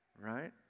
right